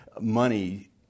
money